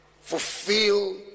fulfill